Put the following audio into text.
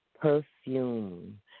perfume